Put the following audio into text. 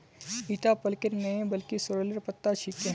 ईटा पलकेर नइ बल्कि सॉरेलेर पत्ता छिके